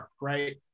right